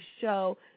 show